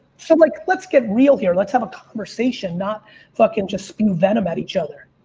so like, let's get real here. let's have a conversation. not fucking, just spill venom at each other.